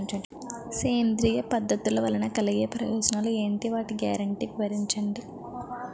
సేంద్రీయ పద్ధతుల వలన కలిగే ప్రయోజనాలు ఎంటి? వాటి గ్యారంటీ వివరించండి?